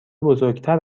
بزرگتر